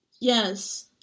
Yes